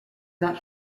not